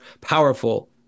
powerful